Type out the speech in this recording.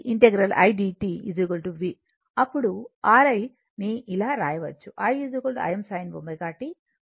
అప్పుడు R i ని ఇలా వ్రాయవచ్చు i Im sin ω t